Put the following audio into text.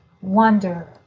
wonder